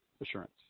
assurance